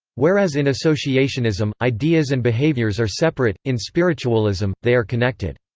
whereas in associationism, ideas and behaviors are separate, in spiritualism, they are connected.